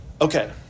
Okay